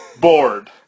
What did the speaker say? Bored